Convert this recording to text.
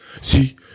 See